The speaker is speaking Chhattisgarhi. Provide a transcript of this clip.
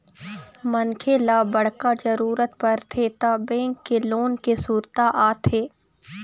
मनखे ल बड़का जरूरत परथे त बेंक के लोन के सुरता आथे